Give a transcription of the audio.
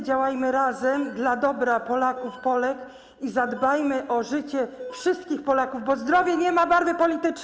Działajmy razem dla dobra Polaków i Polek i zadbajmy o życie wszystkich Polaków, bo zdrowie nie ma barwy politycznej.